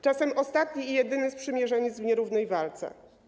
Czasem to ostatni i jedyny sprzymierzeniec w nierównej walce.